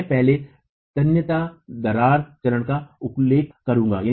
मैं पहले तन्यता दरार चरण का उल्लेख करूंगा